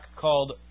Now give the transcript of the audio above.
called